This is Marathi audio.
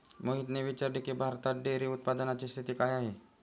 मोहितने विचारले की, भारतात डेअरी उत्पादनाची स्थिती काय आहे?